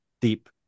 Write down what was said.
deep